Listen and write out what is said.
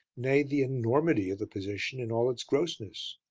nay, the enormity of the position in all its grossness.